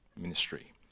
Ministry